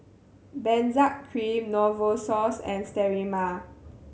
Benzac Cream Novosource and Sterimar